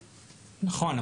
נכון,